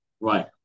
Right